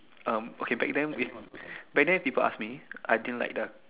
um okay back then back then people ask me I didn't like the